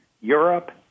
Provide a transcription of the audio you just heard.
Europe